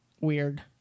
weird